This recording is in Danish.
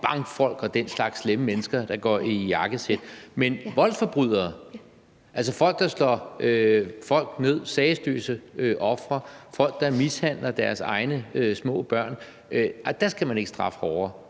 bankfolk og den slags slemme mennesker, der går i jakkesæt. Men voldsforbrydere, altså folk, der slår folk ned, sagesløse ofre, og folk, der mishandler deres egne små børn, skal man ikke straffe hårdere.